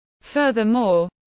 Furthermore